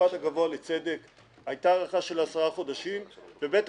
בית המשפט בפרוטוקול --- אני מבקש התייעצות סיעתית לפני ההצבעה.